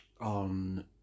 On